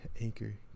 anchor